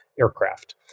aircraft